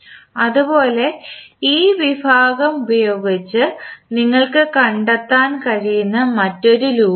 അതുപോലെ ഈ വിഭാഗം ഉപയോഗിച്ച് നിങ്ങൾക്ക് കണ്ടെത്താൻ കഴിയുന്ന മറ്റൊരു ലൂപ്പ് ഉണ്ട്